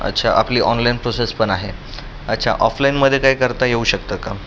अच्छा आपली online process पण आहे अच्छा ऑफलाईनमध्ये काय करता येऊ शकतं का